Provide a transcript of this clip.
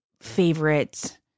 favorite